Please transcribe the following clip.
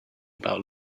about